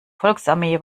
volksarmee